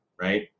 right